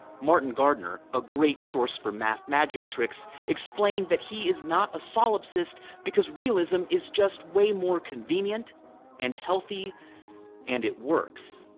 martin gardner, a great source for math magic tricks, explained that he is not a solipsist because realism is just way more convenient and healthy and it works.